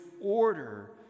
order